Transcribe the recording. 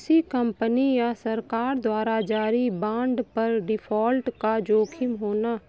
किसी कंपनी या सरकार द्वारा जारी बांड पर डिफ़ॉल्ट का जोखिम होना